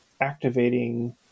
activating